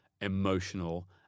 emotional